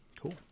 Cool